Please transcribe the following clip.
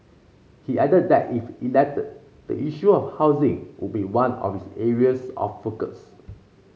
he added that if elected the issue of housing would be one of his areas of focus